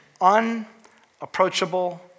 unapproachable